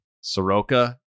Soroka